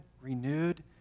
renewed